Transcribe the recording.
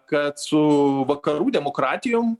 kad su vakarų demokratijom